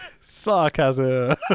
sarcasm